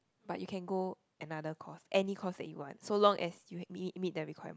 but you can go another course any course that you want so long as you had meet meet the requirement